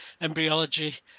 Embryology